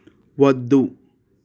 వద్దు